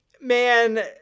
man